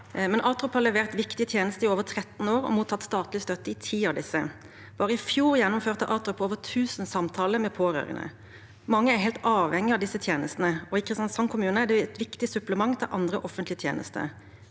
men ATROP har levert viktige tjenester i over 13 år og mottatt statlig støtte i 10 av disse. Bare i fjor gjennomførte ATROP over 1 000 samtaler med pårørende. Mange er helt avhengige av disse tjenestene, og i Kristiansand kommune er det et viktig supplement til andre offentlige tjenester.